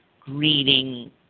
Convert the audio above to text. greeting